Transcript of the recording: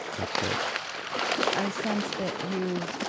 that's right i sense that you,